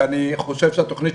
ואני חושב שהתוכנית,